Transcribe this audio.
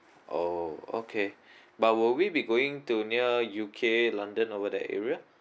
orh okay but will we be going to near U_K london over that area